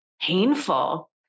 painful